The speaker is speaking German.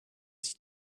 sich